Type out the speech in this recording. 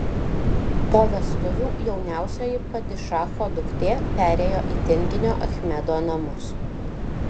po vestuvių jauniausioji padišacho duktė parėjo į tinginio achmedo namus